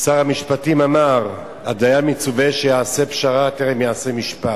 אדוני שר המשפטים אמר: "הדיין מצווה שיעשה פשרה טרם יעשה משפט".